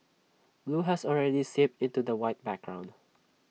blue has already seeped into the white background